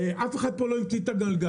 ואף אחד פה לא ממציא את הגלגל.